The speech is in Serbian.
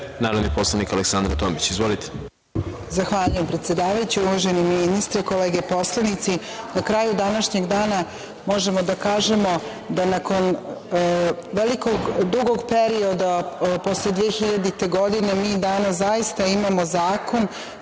narodni poslanik Aleksandra Tomić. Izvolite. **Aleksandra Tomić** Zahvaljujem, predsedavajući. Uvaženi ministre, kolege poslanici, na kraju današnjeg dana možemo da kažemo da, nakon velikog dugog perioda posle 2000. godine, mi danas zaista imamo zakon